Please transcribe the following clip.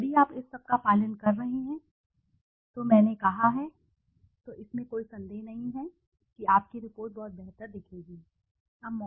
यदि आप इस सब का पालन कर रहे हैं जो मैंने कहा है तो इसमें कोई संदेह नहीं है कि आपकी रिपोर्ट बहुत बेहतर और बेहतर दिखेगी